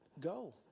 go